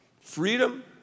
Freedom